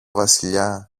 βασιλιά